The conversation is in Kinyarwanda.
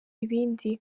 ibindi